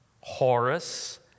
Horus